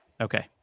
Okay